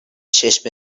چشم